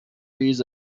use